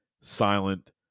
silent